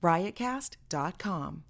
Riotcast.com